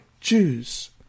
Jews